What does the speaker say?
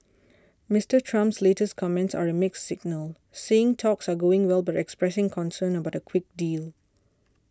Mister Trump's latest comments are a mixed signal saying talks are going well but expressing concern about a quick deal